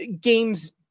games